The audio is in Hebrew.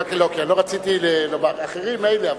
לא רציתי לומר, אחרים, מילא.